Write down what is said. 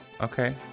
okay